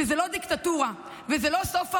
שזה לא דיקטטורה וזה לא סוף העולם,